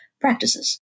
practices